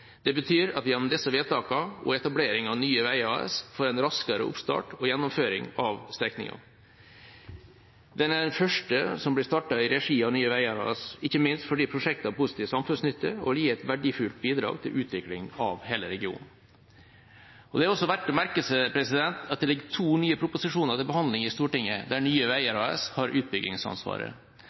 Det betyr at vi gjennom disse vedtakene og etableringen av Nye Veier AS får en raskere oppstart og gjennomføring av strekningen. Den er den første som blir startet i regi av Nye Veier AS, ikke minst fordi prosjektet har positiv samfunnsnytte og vil gi et verdifullt bidrag til utviklingen av hele regionen. Det er også verdt å merke seg at det ligger to nye proposisjoner til behandling i Stortinget der Nye Veier AS har utbyggingsansvaret.